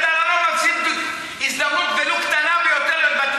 אתה לא מפסיד הזדמנות ולו קטנה בתקשורת,